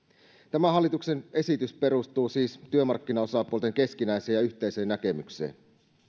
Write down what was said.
tämä hallituksen esitys perustuu siis työmarkkinaosapuolten keskinäiseen ja yhteiseen näkemykseen